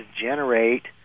generate